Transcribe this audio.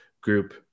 group